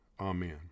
Amen